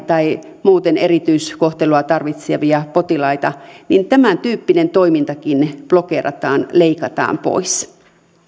tai muuten erityiskohtelua tarvitsevia potilaita niin tämäntyyppinenkin toiminta blokeerataan leikataan pois